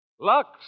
Lux